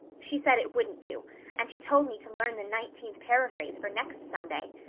she said it wouldn't do and she told me to learn the nineteenth paraphrase for next sunday.